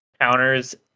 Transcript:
counters